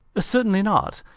certainly not.